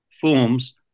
forms